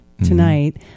tonight